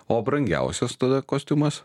o brangiausias tada kostiumas